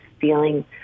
feeling